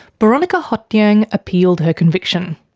boronika hothnyang appealed her conviction.